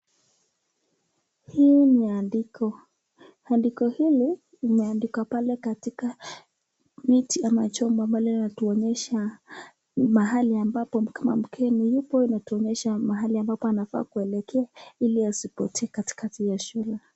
Hili ni andiko. Andiko hili limeandikwa pale katika miti ama chombo ambalo linatuonyesha mahali ambapo kama mgeni yupo. Inatuonyesha mahali ambapo anafaa kuelekea ili asipotee katikati ya shule.